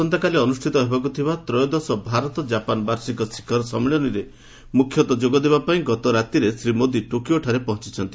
ଆସନ୍ତାକାଲି ଅନୁଷ୍ଠିତ ହେବାକୁଥିବା ତ୍ରୟୋଦଶ ଭାରତ ଜାପାନ ବାର୍ଷିକ ଶିଖର ସମ୍ମିଳନୀରେ ମୁଖ୍ୟତଃ ଯୋଗଦେବା ପାଇଁ ଗତରାତିରେ ଶ୍ରୀ ମୋଦି ଟୋକିଓଠାରେ ପହଞ୍ଚୁଛନ୍ତି